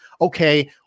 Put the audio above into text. okay